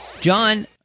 John